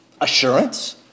Assurance